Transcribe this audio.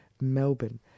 Melbourne